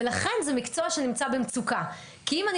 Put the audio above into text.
לכן זה מקצוע שנמצא במצוקה: כי אם אני